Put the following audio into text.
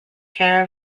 care